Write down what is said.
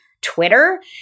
Twitter